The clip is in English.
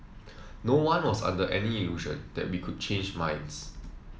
no one was under any illusion that be could change minds